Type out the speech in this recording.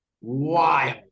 wild